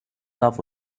love